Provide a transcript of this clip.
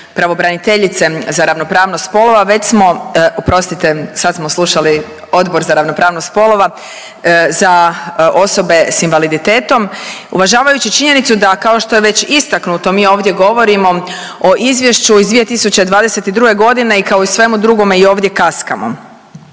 pravobraniteljice za ravnopravnost spolova već smo, oprostite sad smo slušali Odbor za ravnopravnost spolova za osobe s invaliditetom uvažavajući činjenicu da kao što je već istaknuto mi ovdje govorimo o izvješću iz 2022.g. i kao u svemu drugome i ovdje kaskamo.